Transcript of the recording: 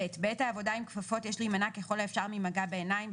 בעת העבודה עם כפפות יש להימנע ככל האפשר ממגע בעיניים,